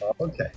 Okay